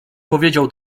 powiedział